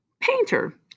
Painter